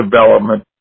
development